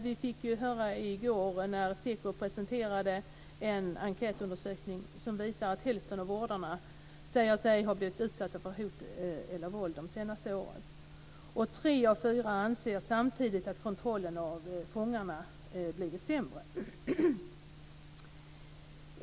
Vi fick i går höra Seko presentera en enkätundersökning som visar att hälften av vårdarna säger sig ha blivit utsatta för hot eller våld de senaste åren. Tre av fyra anser samtidigt att kontrollen av fångarna blivit sämre.